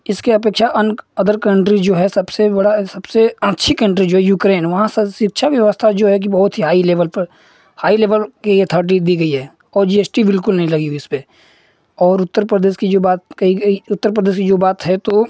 इसके अपेक्षा अन्य अदर कंट्री जो है सबसे बड़ा सबसे अच्छी कंट्री जो है यूक्रेन वहाँ से शिक्षा व्यवस्था जो है कि बहुत ही हाई लेवल पर हाई लेवल कि अथॉरटी दी गई है और जी एस टी बिल्कुल नहीं लगी हुई उस पर और उत्तर प्रदेश कि जो बात कही उत्तर प्रदेश कि जो बात है तो